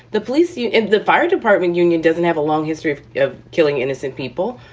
the police union, the fire department union doesn't have a long history of of killing innocent people,